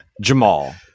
Jamal